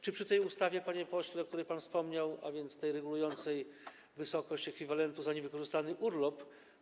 Czy przy tej ustawie, panie pośle, o której pan wspomniał, a więc tej regulującej wysokość ekwiwalentu za niewykorzystany urlop?